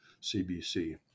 CBC